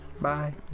Bye